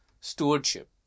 stewardship